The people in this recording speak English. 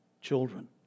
children